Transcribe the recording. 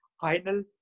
final